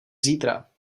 zítra